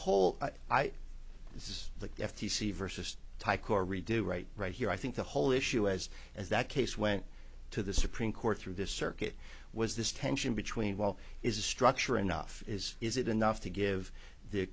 whole this is the f t c versus tyco redo right right here i think the whole issue as as that case went to the supreme court through this circuit was this tension between well is the structure enough is is it enough to give the